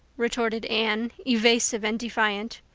retorted anne, evasive and defiant.